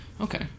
Okay